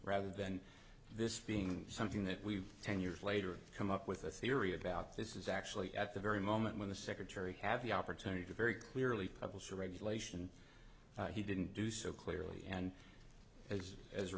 rather than this being something that we ten years later come up with a theory about this is actually at the very moment when the secretary have the opportunity to very clearly publish regulation he didn't do so clearly and as as a